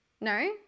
No